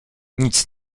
nic